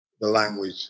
language